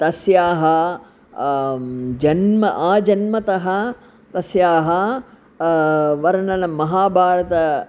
तस्य जन्म आजन्मतः तस्य वर्णनं महाभारतम्